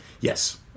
Yes